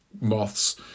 moths